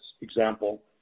example